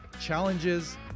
challenges